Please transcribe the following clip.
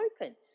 open